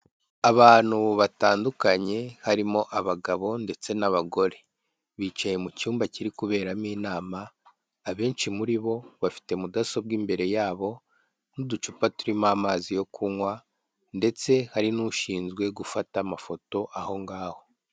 Abantu batandukanye harimo abagabo ndetse n'abagore bicaye mu cyumba kiri kuberamo inama, abenshi muri bo bafite mudasobwa imbere yabo n'uducupa turimo amazi yo kunywa ndetse hari n'ushinzwe gufata amafoto aho ngaho.